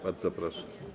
Bardzo proszę.